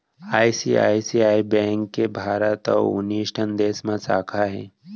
ICICI bank के भारत अउ उन्नीस ठन देस म साखा हे